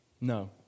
No